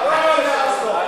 הוא לא ענה על השאלות,